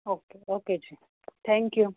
okay okay ਜੀ thank you